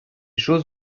choses